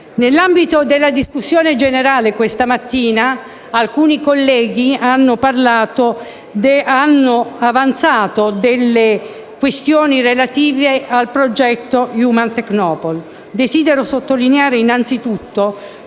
Nell'ambito della discussione generale, questa mattina, alcuni colleghi hanno sollevato questioni relative al progetto Human Tecnopole. Desidero sottolineare innanzitutto